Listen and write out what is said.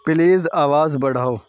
please آواز بڑھاؤ